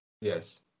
Yes